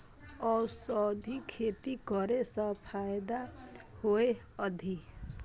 औषधि खेती करे स फायदा होय अछि?